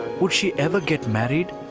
would she ever get married?